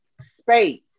space